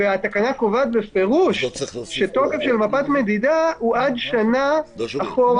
והתקנה קובעת בפירוש שתוקף של מפת מדידה הוא עד שנה אחורה,